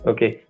Okay